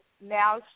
now